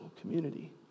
community